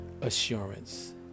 assurance